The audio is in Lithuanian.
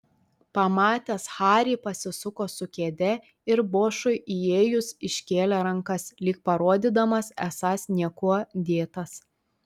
pamatęs harį pasisuko su kėde ir bošui įėjus iškėlė rankas lyg parodydamas esąs niekuo dėtas